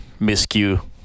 miscue